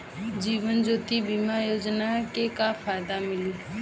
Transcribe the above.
जीवन ज्योति बीमा योजना के का फायदा मिली?